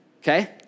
okay